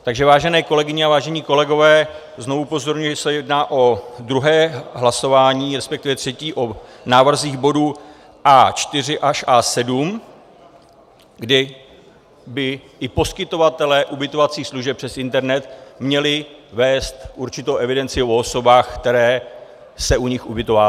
Takže vážené kolegyně a vážení kolegové, znovu upozorňuji, že se jedná o druhé hlasování, respektive třetí, o návrzích bodů A4 až A7, kdy by ti poskytovatelé ubytovacích služeb přes internet měli vést určitou evidenci o osobách, které se u nich ubytovávají.